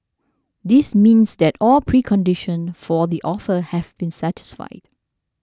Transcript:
this means that all preconditions for the offer have been satisfied